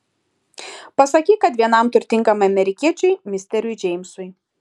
pasakyk kad vienam turtingam amerikiečiui misteriui džeimsui